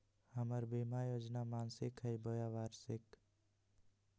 हमर बीमा योजना मासिक हई बोया वार्षिक?